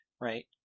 right